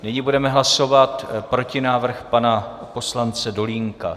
Nyní budeme hlasovat protinávrh pana poslance Dolínka.